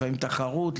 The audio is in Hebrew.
לפעמים תחרות,